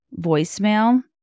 voicemail